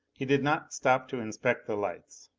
he did not stop to inspect the lights.